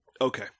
Okay